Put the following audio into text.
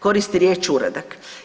Koristi riječ uradak.